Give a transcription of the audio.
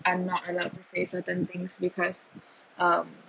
I am not allowed to say certain things because um